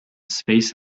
space